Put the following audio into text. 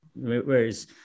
whereas